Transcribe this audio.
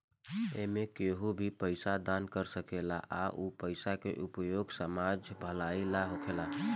एमें केहू भी पइसा दान कर सकेला आ उ पइसा के उपयोग समाज भलाई ला होखेला